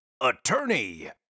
attorney